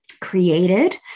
created